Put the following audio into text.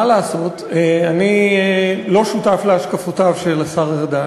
מה לעשות, אני לא שותף להשקפותיו של השר ארדן.